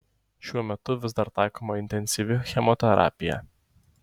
šiuo metu vis dar taikoma intensyvi chemoterapija